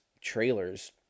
trailers